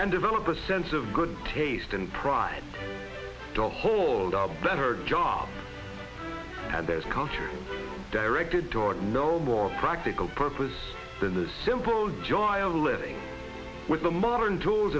and develop a sense of good taste and pride to hold up better jobs and this culture directed toward no more practical purpose than the simple joy of living with the modern tools